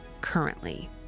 currently